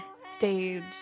stage